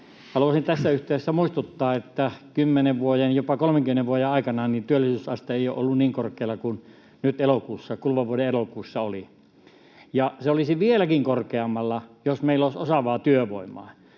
Haluaisin tässä yhteydessä muistuttaa, että 10 vuoden, jopa 30 vuoden aikana työllisyysaste ei ole ollut niin korkealla kuin se nyt kuluvan vuoden elokuussa oli, ja se olisi vieläkin korkeammalla, jos meillä olisi osaavaa työvoimaa.